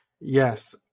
Yes